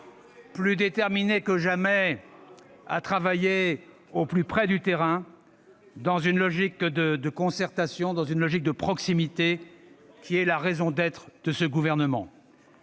plus déterminés que jamais à travailler au plus près du terrain, dans une logique de concertation et de proximité qui est la raison d'être de ce gouvernement.